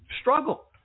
struggle